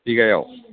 बिघायाव